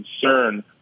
concern